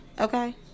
Okay